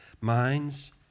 minds